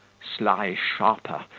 sly sharper,